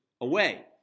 away